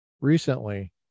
recently